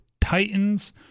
Titans